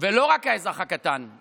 ולא רק האזרח הקטן.